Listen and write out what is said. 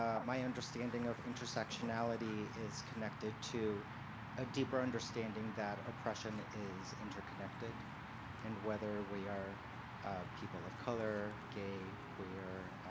um my understanding of intersectionality is connected to a deeper understanding that oppression is interconnected and whether we are people of color, gay, queer,